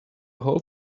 whole